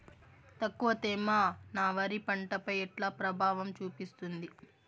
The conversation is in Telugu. తక్కువ తేమ నా వరి పంట పై ఎట్లా ప్రభావం చూపిస్తుంది?